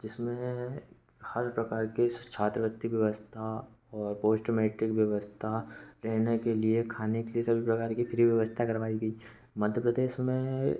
जिसमें हर प्रकार के जैसे छात्रवृति व्यवस्था और पोस्ट मेट्रिक व्यवस्था रहने के लिए खाने के लिए सभी प्रकार की फ्री व्यवस्था करवाई गई मध्य प्रदेश में